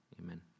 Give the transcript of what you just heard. Amen